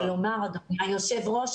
-- ולומר אדוני היו"ר,